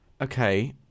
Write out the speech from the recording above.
okay